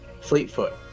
Fleetfoot